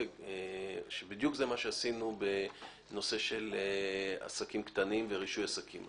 בדיוק זה מה שעשינו בנושא של עסקים קטנים ורישוי עסקים.